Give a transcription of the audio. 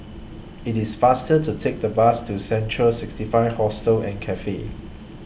IT IS faster to Take The Bus to Central sixty five Hostel and Cafe